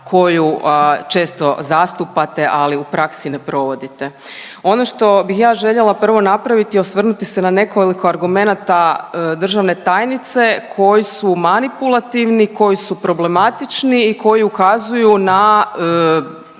koju često zastupate, ali u praksi ne provodite. Ono što bih ja željela prvo napraviti, osvrnuti se na nekoliko argumenata državne tajnice, koji su manipulativni, koji su problematični i koji ukazuju na